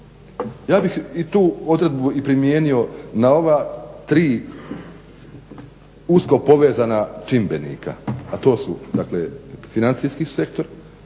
Ja bih tu odredbu primijenio na ova tri usko povezana čimbenika, a to su financijski sektor,